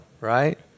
right